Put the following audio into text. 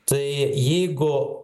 tai jeigu